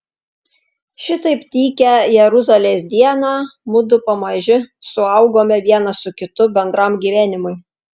šitaip tykią jeruzalės dieną mudu pamaži suaugome vienas su kitu bendram gyvenimui